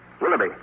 Willoughby